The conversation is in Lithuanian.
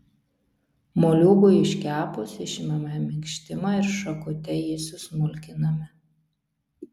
moliūgui iškepus išimame minkštimą ir šakute jį susmulkiname